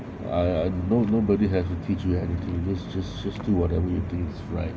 I I no~ nobody has to teach you anything just just just do whatever you think is right